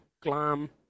glam